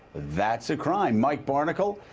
that's a crime. mike barnicle,